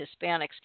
Hispanics